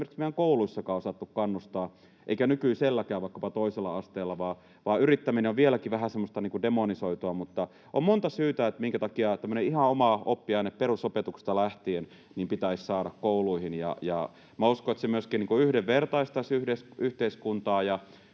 esimerkiksi meidän kouluissakaan osattu kannustaa, eikä nykyiselläänkään vaikkapa toisella asteella, vaan yrittäminen on vieläkin vähän semmoista demonisoitua. Mutta on monta syytä, minkä takia tämmöinen ihan oma oppiaine perusopetuksesta lähtien pitäisi saada kouluihin. Minä uskon, että se myöskin yhdenvertaistaisi yhteiskuntaa.